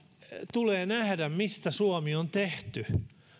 tulee nähdä mistä suomi on tehty